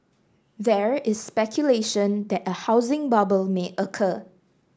there is speculation that a housing bubble may occur